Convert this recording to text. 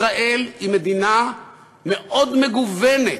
ישראל היא מדינה מאוד מגוונת.